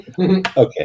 Okay